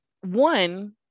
one